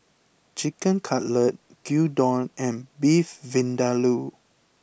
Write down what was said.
Chicken Cutlet Gyudon and Beef Vindaloo